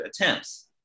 attempts